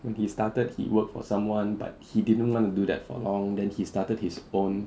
when he started he worked for someone but he didn't want to do that for long then he started his own